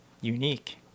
unique